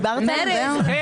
דיברת, זהו?